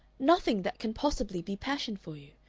nothing that can possibly be passion for you.